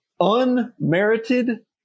unmerited